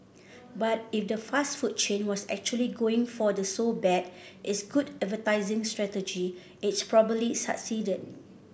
but if the fast food chain was actually going for the so bad it's good advertising strategy it probably succeeded